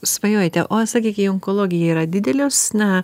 svajojote o sakyk į onkologiją yra didelis na